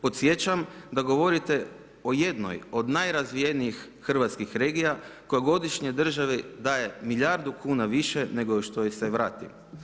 Podsjećam da govorite o jednoj od najrazvijenijih hrvatskih regija koja godišnje državi daje milijardu kuna više, nego što joj se vrati.